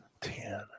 ten